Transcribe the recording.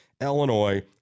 Illinois